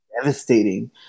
devastating